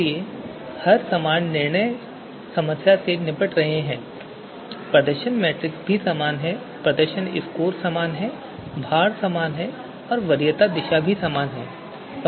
इसलिए हम समान निर्णय समस्या से निपट रहे हैं प्रदर्शन मैट्रिक्स भी समान है प्रदर्शन स्कोर समान हैं भार समान हैं और वरीयता दिशा भी समान है